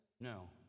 No